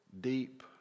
deep